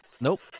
Nope